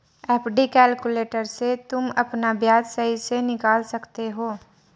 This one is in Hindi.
एफ.डी कैलक्यूलेटर से तुम अपना ब्याज सही से निकाल सकते हो